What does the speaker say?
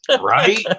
Right